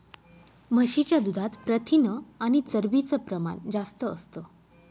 म्हशीच्या दुधात प्रथिन आणि चरबीच प्रमाण जास्त असतं